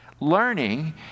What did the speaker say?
Learning